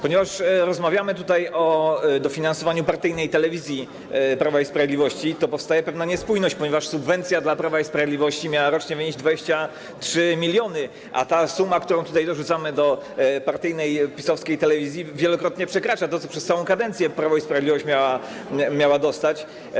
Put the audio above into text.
Ponieważ rozmawiamy o dofinansowaniu partyjnej telewizji Prawa i Sprawiedliwości, to powstaje pewna niespójność, ponieważ subwencja dla Prawa i Sprawiedliwości miała rocznie wynieść 23 mln, a ta suma, którą tutaj dorzucamy do partyjnej, PiS-owskiej telewizji, wielokrotnie przekracza to, co przez całą kadencję Prawo i Sprawiedliwość miało dostać.